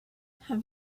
have